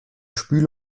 spüle